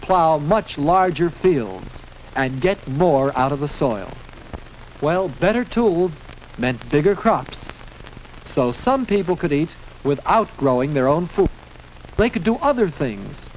plough much larger field and get more out of the soil well better tools meant bigger crops so some people could eat without growing their own food thing could do other things